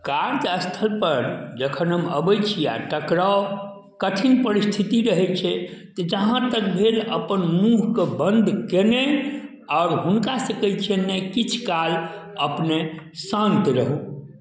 कार्य स्थलपर जखन हम अबै छी आ टकराव कठिन परिस्थिति रहै छै तऽ जहाँतक भेल अपन मूँहके बन्द कयने आओर हुनकासँ कहै छियनि नहि किछु काल अपने शान्त रहू